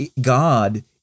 God